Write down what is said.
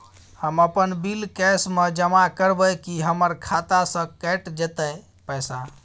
हम अपन bill cash म जमा करबै की हमर खाता स कैट जेतै पैसा?